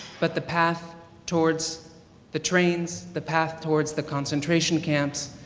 but the path towards the trains, the path towards the concentration camps,